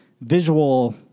visual